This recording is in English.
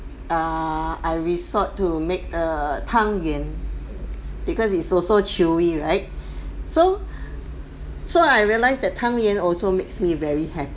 err I resort to make err tang yuan because it's also chewy right so so I realise that tang yuan also makes me very happy